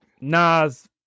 Nas